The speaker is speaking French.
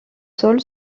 sol